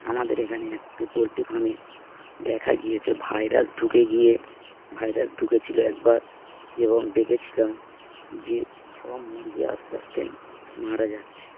আমাদের এখানে একটি পোলট্রি ফার্মে দেখা গিয়েছে ভাইরাস ঢুকে গিয়ে ভাইরাস ঢুকেছিল একবার এবং দেখেছিলাম যে সব মুরগি আস্তে আস্তে মারা যাচ্ছে